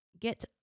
get